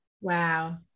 Wow